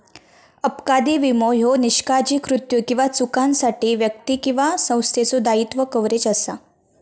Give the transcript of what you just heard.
अपघाती विमो ह्यो निष्काळजी कृत्यो किंवा चुकांसाठी व्यक्ती किंवा संस्थेचो दायित्व कव्हरेज असा